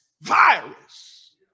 virus